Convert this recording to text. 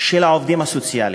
של העובדים הסוציאליים.